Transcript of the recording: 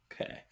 Okay